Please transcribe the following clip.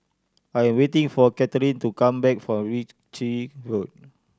I am waiting for Katharine to come back from Ritchie Road